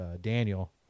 Daniel